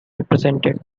represented